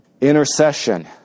Intercession